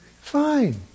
fine